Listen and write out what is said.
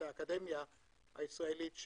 האקדמיה הישראלית,